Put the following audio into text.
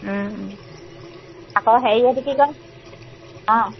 অঁ হেৰি এইটো কি কয় অঁ